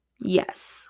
yes